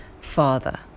father